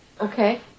Okay